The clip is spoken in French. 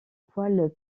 poils